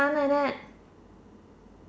like that